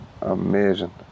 amazing